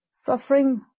Suffering